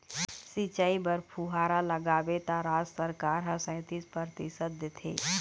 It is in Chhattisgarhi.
सिंचई बर फुहारा लगाबे त राज सरकार ह सैतीस परतिसत देथे